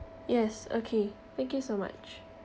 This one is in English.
yes okay thank you so much